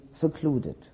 secluded